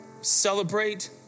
celebrate